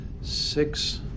six